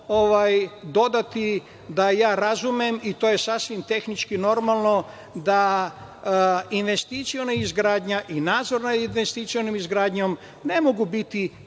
dodati da ja razumem, i to je sasvim tehnički normalno, da investiciona izgradnja i nadzor nad investicionom izgradnjom ne mogu biti